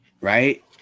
Right